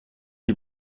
die